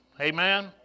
Amen